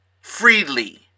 freely